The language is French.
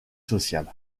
social